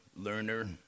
learner